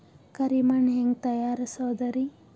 ಕರಿ ಮಣ್ ಹೆಂಗ್ ತಯಾರಸೋದರಿ?